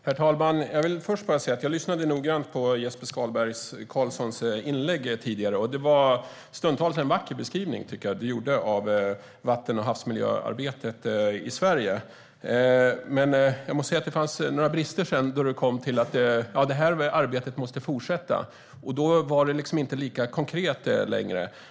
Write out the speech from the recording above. Herr talman! Jag lyssnade noga på ditt inlägg tidigare, Jesper Skalberg Karlsson. Du gjorde stundtals en vacker beskrivning av vatten och havsmiljöarbetet i Sverige. Men det fanns några brister när du kom till att detta arbete måste fortsätta. Då var det inte lika konkret längre.